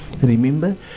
Remember